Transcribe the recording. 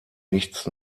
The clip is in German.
nichts